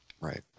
Right